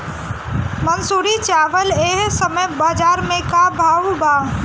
मंसूरी चावल एह समय बजार में का भाव बा?